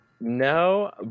No